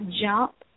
jump